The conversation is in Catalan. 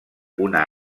una